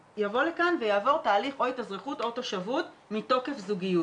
ויעבור תהליך או התאזרחות או תושבות מתוקף זוגיות.